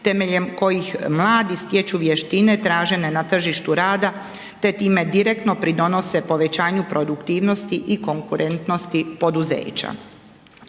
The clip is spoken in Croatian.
temeljem kojih mladi stječu vještine tražene na tržištu rada te time direktno pridonose povećaju produktivnosti i konkurentnosti poduzeća.